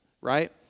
right